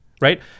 right